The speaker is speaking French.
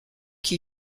qui